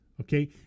Okay